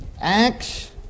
Acts